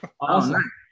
awesome